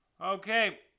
Okay